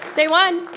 they won!